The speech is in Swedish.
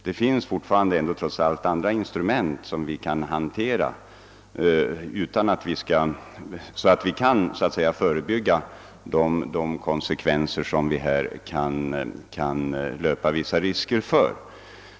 Det finns ändå trots allt fortfarande instrument som vi kan hantera på sådant sätt att vi kan förebygga de konsekvenser det finns en viss risk för.